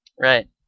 Right